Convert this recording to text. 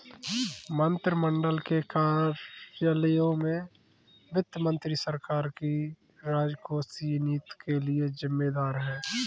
मंत्रिमंडल के कार्यालयों में से वित्त मंत्री सरकार की राजकोषीय नीति के लिए जिम्मेदार है